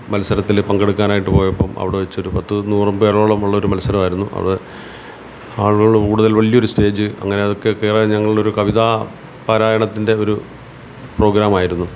മത്സരത്തിൽ പങ്കെടുക്കാനായിട്ട് പോയപ്പോൾ അവിടെ വെച്ചൊരു പത്ത് നൂറും പേരോളം ഉള്ളൊരു മത്സരമായിരുന്നു അത് ആളുകൾ കൂടുതൽ വലിയൊരു സ്റ്റേജ് അങ്ങനെ അതൊക്കെ കയറാൻ ഞങ്ങളുടെ ഒരു കവിതാ പാരായണത്തിൻ്റെ ഒരു പ്രോഗ്രാമായിരുന്നു